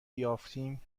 یافتیم